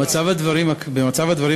התשע"ו 2015,